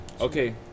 Okay